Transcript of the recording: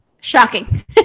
shocking